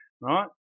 right